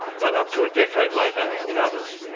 but up to a decade later in others.